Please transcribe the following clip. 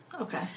Okay